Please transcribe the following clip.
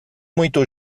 muito